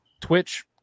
Twitch